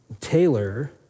Taylor